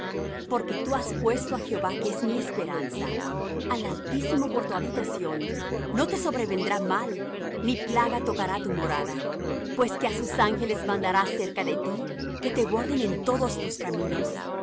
porque tú has puesto á jehová que es mi esperanza al altísimo por tu habitación no te sobrevendrá mal ni plaga tocará tu morada pues que á sus ángeles mandará acerca de ti que te guarden en todos tus caminos